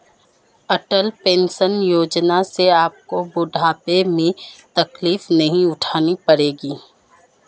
अटल pension योजना से आपको बुढ़ापे में तकलीफ नहीं उठानी पड़ेगी